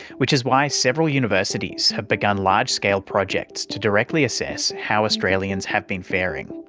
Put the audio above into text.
which is why several universities have begun large-scale projects to directly assess how australians have been faring.